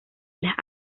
las